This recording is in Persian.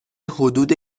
حدود